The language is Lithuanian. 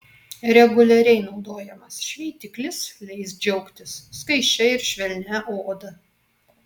reguliariai naudojamas šveitiklis leis džiaugtis skaisčia ir švelnia oda